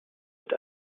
mit